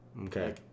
Okay